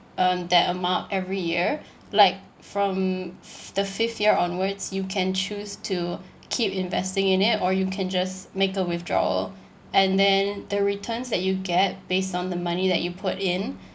um that amount every year like from f~ the fifth year onwards you can choose to keep investing in it or you can just make a withdrawal and then the returns that you get based on the money that you put in